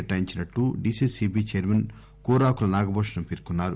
కేటాయించినట్టు DCCB chairman Kurakula Nagabhushanam పేర్కొన్నారు